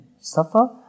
suffer